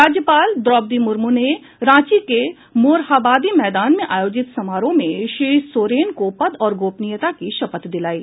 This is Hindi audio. राज्यपाल द्रौपदी मुर्मू ने रांची के मोरहाबादी मैदान में आयोजित समारोह में श्री सोरेन को पद और गोपनीयता की शपथ दिलायी